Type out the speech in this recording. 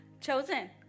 Chosen